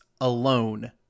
Alone